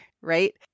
right